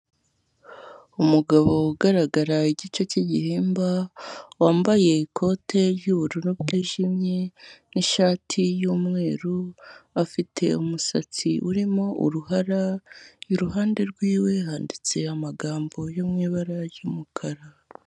Umugabo ugaragara igice cy'igihimba, wambaye ikote ry'ubururu bwijimye n'ishati y'umweru, afite umusatsi urimo uruhara, iruhande rwiwe handitse amagambo yo mu ibara ry'umukara.